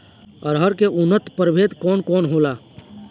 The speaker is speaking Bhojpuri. अरहर के उन्नत प्रभेद कौन कौनहोला?